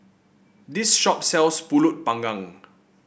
this shop sells pulut panggang